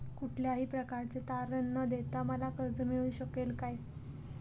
कुठल्याही प्रकारचे तारण न देता मला कर्ज मिळू शकेल काय?